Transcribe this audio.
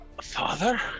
Father